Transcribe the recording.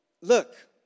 look